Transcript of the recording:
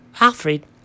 Alfred